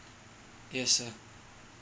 yes sir